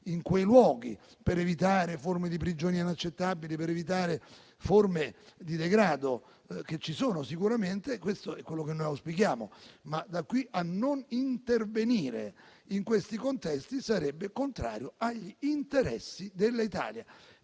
in quei luoghi, per evitare forme di prigionia inaccettabili, per evitare forme di degrado che ci sono. Sicuramente questo è quello che noi auspichiamo, ma da questo a non intervenire in tali contesti sarebbe contrario agli interessi dell'Italia